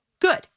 Good